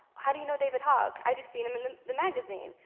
how do you know david hogg? i just seen him in the the magazine.